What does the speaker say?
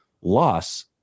loss